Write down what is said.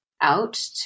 out